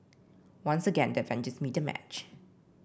once again the avengers meet their match